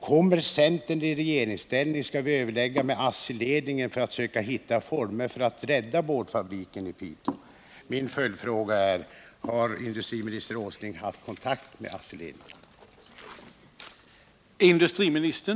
Kommer centern i regeringsställning skall vi överlägga med ASSI-ledningen för att söka hitta former för att rädda boardfabriken i Piteå. Min följdfråga är: Har industriminister Åsling haft kontakt med ASSI ledningen?